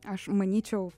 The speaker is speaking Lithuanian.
aš manyčiau